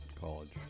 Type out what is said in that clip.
college